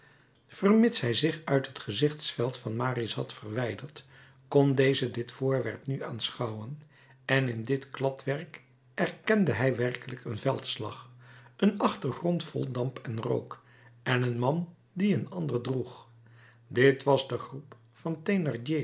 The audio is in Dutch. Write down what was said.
vermits hij zich uit het gezichtsveld van marius had verwijderd kon deze dit voorwerp nu aanschouwen en in dit kladwerk erkende hij werkelijk een veldslag een achtergrond vol damp en rook en een man die een ander droeg dit was de groep van